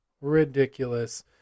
ridiculous